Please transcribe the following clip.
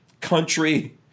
country